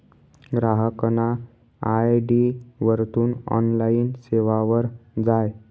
ग्राहकना आय.डी वरथून ऑनलाईन सेवावर जाय